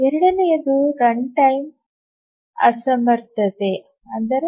ಎರಡನೆಯದು ರನ್ಟೈಮ್ ಅಸಮರ್ಥತೆ